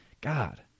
God